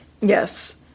yes